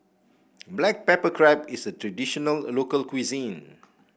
Black Pepper Crab is a traditional local cuisine